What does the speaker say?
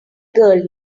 girl